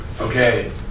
Okay